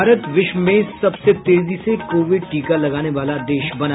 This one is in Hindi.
भारत विश्व में सबसे तेजी से कोविड टीका लगाने वाला देश बना